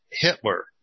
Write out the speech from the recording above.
Hitler